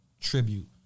tribute